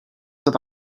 dod